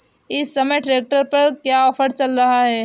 इस समय ट्रैक्टर पर क्या ऑफर चल रहा है?